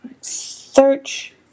search